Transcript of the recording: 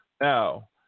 Now